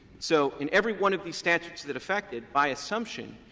so, in every one of these statutes that affected, by assumption,